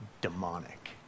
demonic